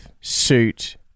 suit